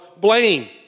blame